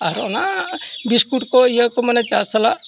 ᱟᱨ ᱚᱱᱟ ᱵᱤᱥᱠᱩᱴ ᱠᱚ ᱤᱭᱟᱹ ᱠᱚ ᱢᱟᱱᱮ ᱪᱟ ᱥᱟᱞᱟᱜ